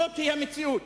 זאת המציאות.